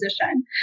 position